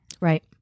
Right